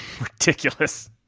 ridiculous